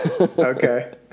Okay